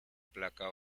placa